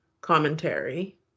commentary